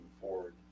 forward